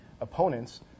opponents